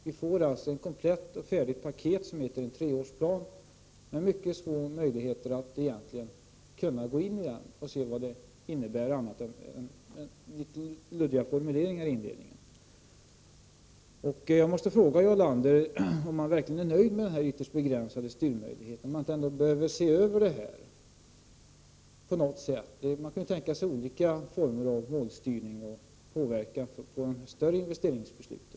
Vi får ett komplett och färdigt paket som heter treårsplan, men vi har mycket små möjligheter att gå in i detta och se vad det innebär. Jag måste fråga Jarl Lander om han verkligen är nöjd med denna ytterst begränsade styrmöjlighet. Behöver man inte se över detta genom olika former av målstyrning för att kunna påverka de större investeringsbesluten?